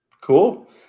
Cool